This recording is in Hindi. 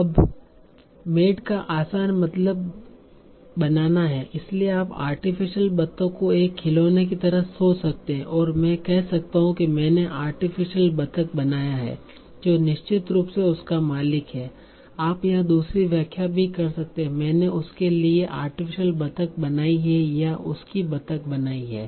अब मेड का आसान मतलब बनाना है इसलिए आप आर्टिफीसियल बतख को एक खिलौने की तरह सोच सकते हैं और मैं कह सकता हूं कि मैंने आर्टिफीसियल बतख बनाया है जो निश्चित रूप से उसका मालिक है आप यहां दूसरी व्याख्या भी कर सकते हैं मैंने उसके लिए आर्टिफीसियल बतख बनाई है या उसकी बतख बनाई है